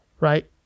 Right